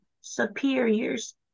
superiors